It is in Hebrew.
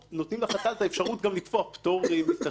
לחת"ל אפשרות לקבוע פטורים מתשלום,